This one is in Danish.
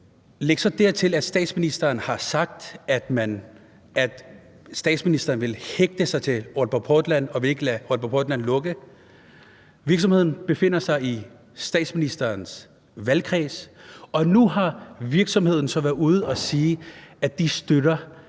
Læg så dertil, at statsministeren har sagt, at statsministeren vil hægte sig til Aalborg Portland og ikke vil lade Aalborg Portland lukke. Virksomheden befinder sig i statsministerens valgkreds, og nu har virksomheden så været ude at sige, at man støtter